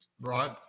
right